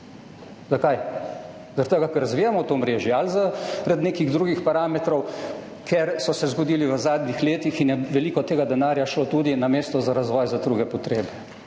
Zaradi tega, ker razvijamo to omrežje ali zaradi nekih drugih parametrov, ki so se zgodili v zadnjih letih in je veliko tega denarjašlo, tudi namesto za razvoj, za druge potrebe.